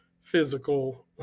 physical